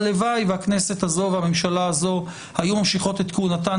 הלוואי שהכנסת הזאת והממשלה הזאת היו ממשיכות את כהונתן